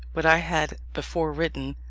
what i had before written,